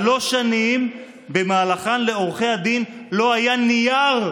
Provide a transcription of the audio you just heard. שלוש שנים שבמהלכן לעורכי הדין לא היה נייר,